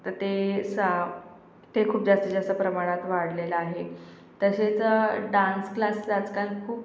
तर ते सा ते खूप जास्तीत जास्त प्रमाणात वाढलेलं आहे तसेच डान्स क्लास आजकाल खूप